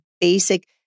basic